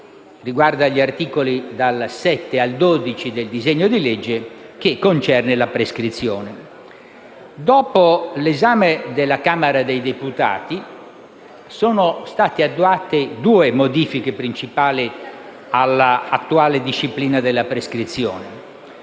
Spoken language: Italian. riguarda gli articoli dal 7 al 12 del disegno di legge, che concerne la prescrizione. Dopo l'esame della Camera dei deputati sono state attuate due modifiche principali all'attuale disciplina della prescrizione: